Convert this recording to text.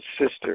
sister